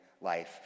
life